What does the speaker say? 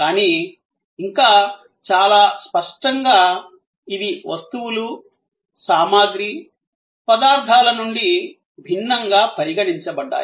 కానీ ఇంకా చాలా స్పష్టంగా ఇవి వస్తువులు సామాగ్రి పదార్ధాల నుండి భిన్నంగా పరిగణించబడ్డాయి